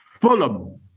Fulham